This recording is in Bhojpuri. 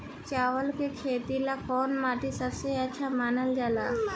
चावल के खेती ला कौन माटी सबसे अच्छा मानल जला?